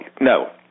no